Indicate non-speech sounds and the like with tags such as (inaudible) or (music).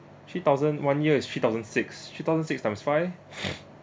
three thousand one year is three thousand six three thousand six times five (coughs)